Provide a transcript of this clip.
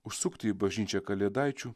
užsukti į bažnyčią kalėdaičių